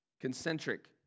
Concentric